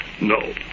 No